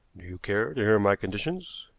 do you care to hear my conditions?